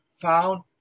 found